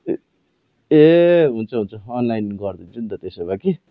ए हुन्छ हुन्छ अनलाइन गरिदिन्छु नि त त्यसो भए कि